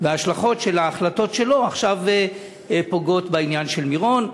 וההשלכות של ההחלטות שלו עכשיו פוגעות בעניין של מירון.